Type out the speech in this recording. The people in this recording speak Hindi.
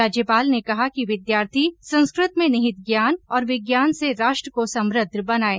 राज्यपाल ने कहा कि विद्यार्थी संस्कृत में निहित ज्ञान और विज्ञान से राष्ट्र को समृद्ध बनाएं